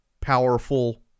powerful